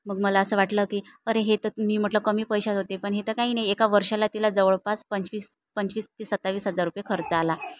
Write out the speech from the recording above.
मग मला असं वाटलं की अरे हे तर मी म्हटलं कमी पैशात होते पण हे तर काही नाही एका वर्षाला तिला जवळपास पंचवीस पंचवीस ते सत्तावीस हजार रुपये खर्च आला